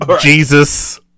jesus